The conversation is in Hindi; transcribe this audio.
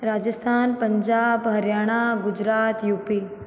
Rajasthan Punjab Haryana Gujarat U P